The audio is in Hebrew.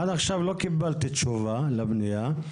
עד עכשיו לא קיבלתי תשובה לפנייה.